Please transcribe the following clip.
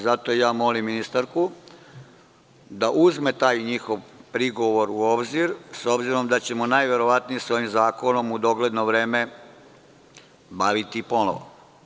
Zato molim ministarku da uzme taj njihov prigovor u obzir, s obzirom da ćemo se najverovatnije sa ovim zakonom u dogledno vreme baviti ponovno.